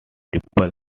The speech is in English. ripple